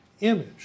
image